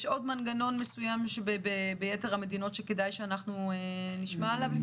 יש עוד מנגנון ביתר המדינות שכדאי שנשמע עליו.